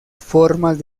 formas